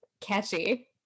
catchy